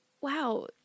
wow